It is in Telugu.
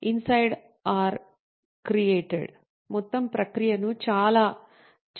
ఇన్సైడ్ అర్ క్రీయేటెడ్ మొత్తం ప్రక్రియను అలా చేయవచ్చు